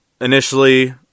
initially